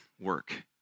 work